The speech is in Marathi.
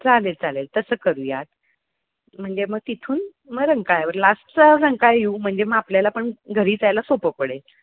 चालेल चालेल तसं करूयात म्हणजे मग तिथून मग रंकाळ्यावर लास्टचा रंकाळा येऊ म्हणजे मग आपल्याला पण घरी जायला सोपं पडेल